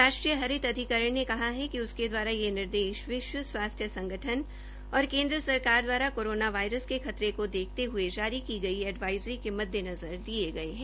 राष्ट्रीय हरित अधिकरण ने कहा कि उसके द्वारा ये निर्देश विश्व स्वास्थ्य संगठन और केन्द्र सरकार द्वारा कोरोना वायरस के खतरे को देखते हये जारी की गई एडवाईज़री के मद्देनज़र दिये गये है